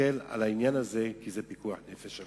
שיסתכל על העניין הזה, כי מדובר בפיקוח נפש.